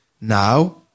Now